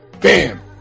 bam